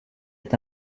est